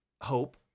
hope